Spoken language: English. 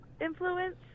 influence